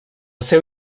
seu